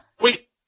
Wait